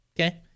okay